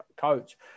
coach